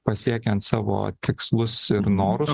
pasiekiant savo tikslus ir norus